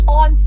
on